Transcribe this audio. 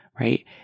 Right